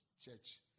church